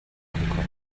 concorde